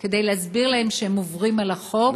כדי להסביר להם שהם עוברים על החוק.